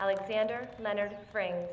alexander leonard bring